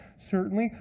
certainly.